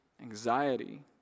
anxiety